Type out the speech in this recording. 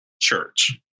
church